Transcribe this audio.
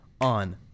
on